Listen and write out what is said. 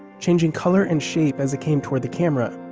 changing color and shape as it came toward the camera